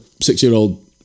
Six-year-old